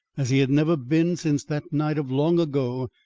as he had never been since that night of long ago,